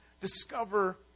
discover